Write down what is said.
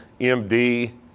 MD